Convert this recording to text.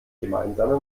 gemeinsame